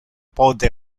pote